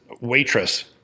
waitress